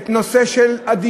או נושא הדיור,